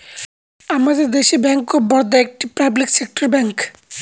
আমাদের দেশে bank of Baroda একটি পাবলিক সেক্টর ব্যাঙ্ক